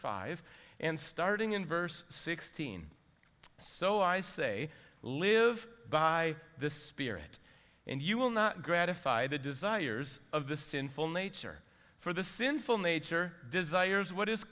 five and starting in verse sixteen so i say live by the spirit and you will not gratify the desires of the sinful nature for the sinful nature desires what is